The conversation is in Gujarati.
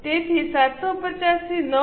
તેથી 750 થી 9